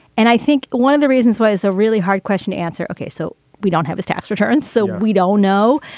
and i think one of the reasons why is a really hard question to answer. ok. so we don't have his tax returns, so we don't know.